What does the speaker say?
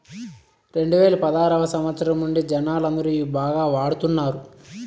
రెండువేల పదారవ సంవచ్చరం నుండి జనాలందరూ ఇవి బాగా వాడుతున్నారు